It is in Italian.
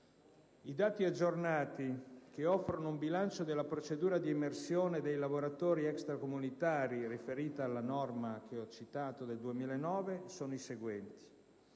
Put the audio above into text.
I dati aggiornati che offrono un bilancio della procedura di emersione dei lavoratori extracomunitari, riferita alla citata norma del 2009, sono i seguenti.